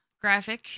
graphic